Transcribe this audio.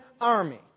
army